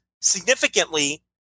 significantly